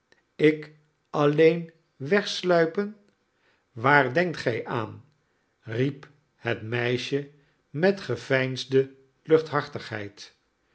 ik alleen wegsluipen waar denktgij aan riep het meisje met geveinsde